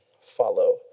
follow